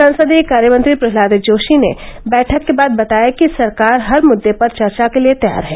संसदीय कार्यमंत्री प्रह्लाद जोर्शी ने बैठक के बाद बताया कि सरकार हर मुद्दे पर चर्चा के लिए तैयार है